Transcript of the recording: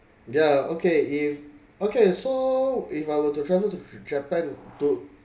yeah okay if okay so if I were to travel to japan to